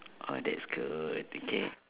oh that's good okay